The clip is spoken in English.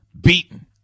beaten